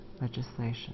legislation